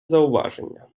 зауваження